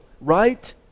right